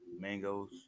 mangoes